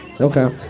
Okay